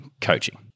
coaching